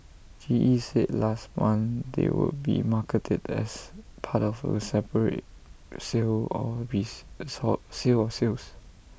G E said last month they would be marketed as part of A separate sale or be sold sale or sales